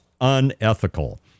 unethical